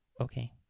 Okay